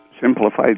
simplified